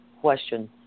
question